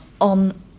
on